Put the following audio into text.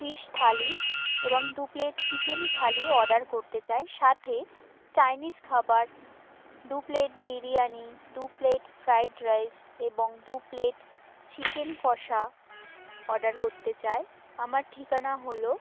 ফিস থালি এবং দু plate chicken thali order করতে চাই সাথে চাইনিজ খাবার দু প্লেট বিরিয়ানি দু প্লেট ফ্রায়েড রাইস এবং দু প্লেট চিকেন কষা অর্ডার করতে চাই আমার ঠিকানা হলো